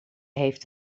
heeft